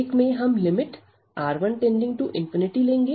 एक में हम lim⁡R1→∞ लेंगे